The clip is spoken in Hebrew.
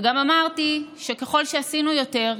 וגם אמרתי שככל שעשינו יותר,